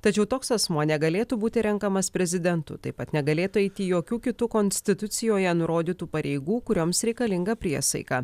tačiau toks asmuo negalėtų būti renkamas prezidentu taip pat negalėtų eiti jokių kitų konstitucijoje nurodytų pareigų kurioms reikalinga priesaika